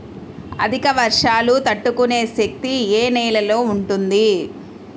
అధిక వర్షాలు తట్టుకునే శక్తి ఏ నేలలో ఉంటుంది?